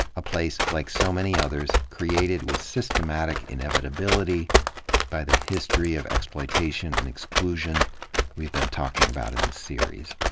a place, like so many others, created with systematic inevitability by the history of exploitation and exclusion we've been talking about in this series.